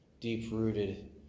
Deep-rooted